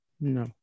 No